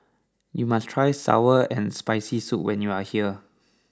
you must try Sour and Spicy Soup when you are here